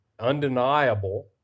undeniable